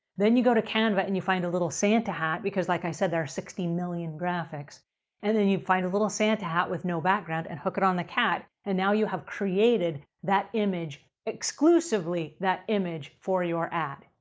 then you go to canva and you find it the little santa hat, because like i said, there are sixteen million graphics and then you find a little santa hat with no background and hook it on the cat and now you have created that image, exclusively, that image for your ad.